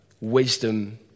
wisdom